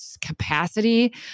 Capacity